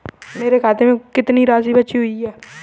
मेरे खाते में कितनी राशि बची हुई है?